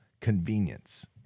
convenience